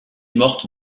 morte